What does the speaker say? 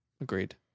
Agreed